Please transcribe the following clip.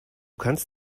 kannst